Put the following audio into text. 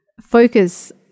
focus